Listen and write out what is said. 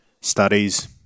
studies